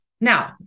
Now